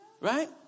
right